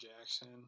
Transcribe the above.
Jackson